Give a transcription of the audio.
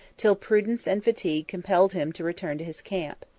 till prudence and fatigue compelled him to return to his camp.